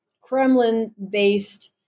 Kremlin-based